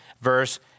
verse